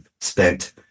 spent